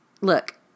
look